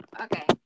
Okay